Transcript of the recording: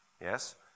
Yes